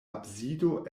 absido